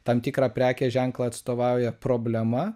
tam tikrą prekės ženklą atstovauja problema